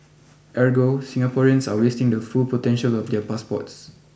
ergo Singaporeans are wasting the full potential of their passports